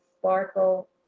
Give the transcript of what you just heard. sparkle